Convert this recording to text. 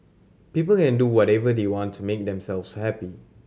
people can do whatever they want to make themselves happy